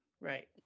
Right